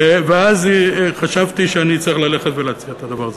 ואז חשבתי שאני צריך ללכת ולהציע את הדבר הזה.